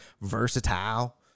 Versatile